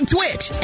Twitch